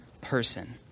person